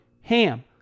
HAM